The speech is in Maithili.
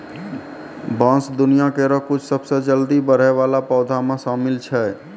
बांस दुनिया केरो कुछ सबसें जल्दी बढ़ै वाला पौधा म शामिल छै